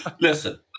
Listen